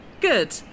good